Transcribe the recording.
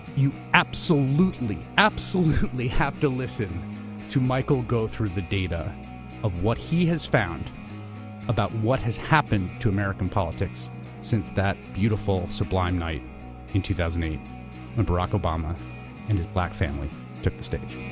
you absolutely, absolutely have to listen to michael go through the data of what he has found about what has happened to american politics since that beautiful, sublime night in two thousand and eight when barack obama and his black family took the stage.